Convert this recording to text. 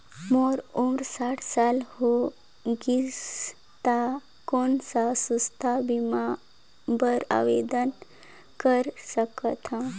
मोर उम्र साठ साल हो गे से त कौन मैं स्वास्थ बीमा बर आवेदन कर सकथव?